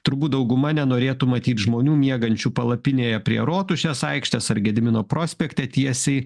turbūt dauguma nenorėtų matyt žmonių miegančių palapinėje prie rotušės aikštės ar gedimino prospekte tiesiai